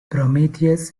prometheus